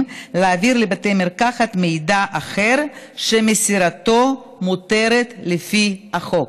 להעביר לבתי מרקחת מידע אחר שמסירתו מותרת לפי החוק.